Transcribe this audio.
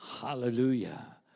Hallelujah